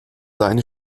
deine